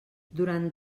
durant